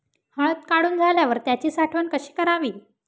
हळद काढून झाल्यावर त्याची साठवण कशी करावी?